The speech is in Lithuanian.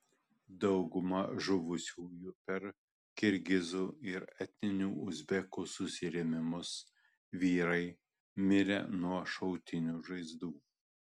dauguma žuvusiųjų per kirgizų ir etninių uzbekų susirėmimus vyrai mirę nuo šautinių žaizdų